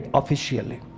officially